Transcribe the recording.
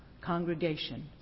congregation